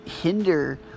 hinder